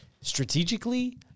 strategically